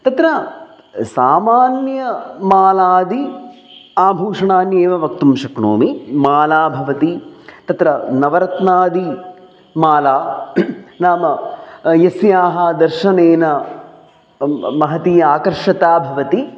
तत्र सामान्यमालादि आभूषणान्येव वक्तुं शक्नोमि माला भवति तत्र नवरत्नादिमाला नाम यस्याः दर्शनेन महती आकर्षता भवति